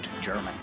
German